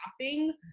laughing